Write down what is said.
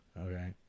Okay